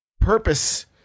purpose